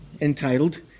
entitled